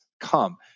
come